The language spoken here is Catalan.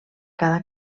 cada